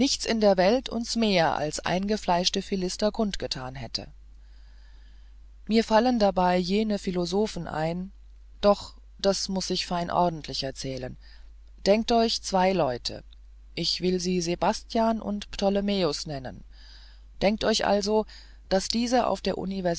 in der welt uns mehr als eingefleischte philister kundgetan hätte mir fallen dabei jene philosophen ein doch das muß ich fein ordentlich erzählen denkt euch zwei leute ich will sie sebastian und ptolomäus nennen denkt euch also daß diese auf der